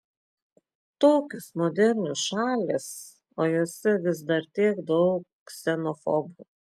tokios modernios šalys o jose vis dar tiek daug ksenofobų